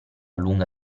lunga